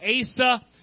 Asa